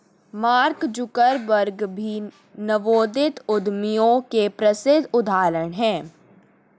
mark Zuckerberg भी नवोदित उद्यमियों के प्रसिद्ध उदाहरण हैं